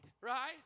right